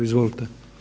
Izvolite.